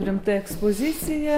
rimta ekspozicija